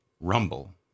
Rumble